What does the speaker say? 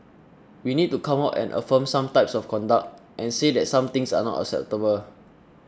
we need to come out and affirm some types of conduct and say that some things are not acceptable